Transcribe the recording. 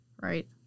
Right